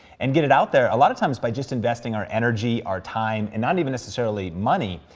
and get it out there, a lot of times by just investing our energy, our time, and not even necessarily money.